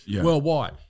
worldwide